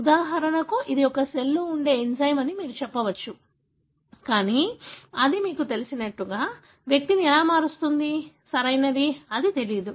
ఉదాహరణకు ఇది ఒక సెల్లో ఉండే ఎంజైమ్ అని మీరు చెప్పవచ్చు కానీ అది నిజంగా మీకు తెలిసినట్లుగా వ్యక్తిని ఎలా మారుస్తుంది సరియైనది అది తెలియదు